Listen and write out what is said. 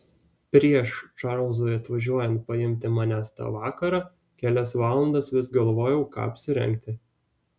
prieš čarlzui atvažiuojant paimti manęs tą vakarą kelias valandas vis galvojau ką apsirengti